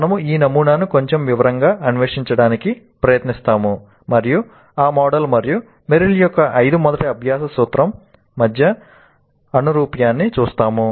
మనము ఆ నమూనాను కొంచెం వివరంగా అన్వేషించడానికి ప్రయత్నిస్తాము మరియు ఆ మోడల్ మరియు మెరిల్ యొక్క ఐదు మొదటి అభ్యాస సూత్రం మధ్య అనురూప్యాన్ని చూస్తాము